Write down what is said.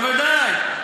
בוודאי.